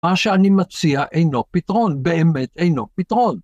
מה שאני מציע אינו פתרון, באמת אינו פתרון